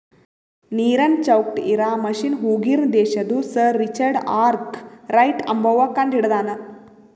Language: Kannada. ನೀರನ್ ಚೌಕ್ಟ್ ಇರಾ ಮಷಿನ್ ಹೂರ್ಗಿನ್ ದೇಶದು ಸರ್ ರಿಚರ್ಡ್ ಆರ್ಕ್ ರೈಟ್ ಅಂಬವ್ವ ಕಂಡಹಿಡದಾನ್